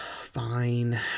Fine